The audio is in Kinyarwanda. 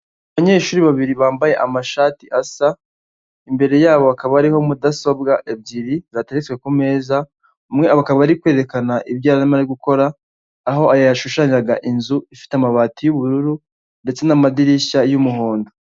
Abanyeshuri babiri bambaye amashati asa, imbere yabo hakaba hariho mudasobwa ebyiri zateretswe ku meza, umwe akaba ari kwerekana ibyo yari arimo gukora aho yashushanyaga inzu ifite amabati y'ubururu ndetse n'amadirishya y'umuhondo.